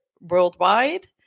worldwide